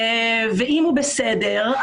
ואם הוא בסדר,